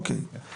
אוקיי.